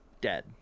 dead